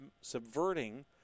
subverting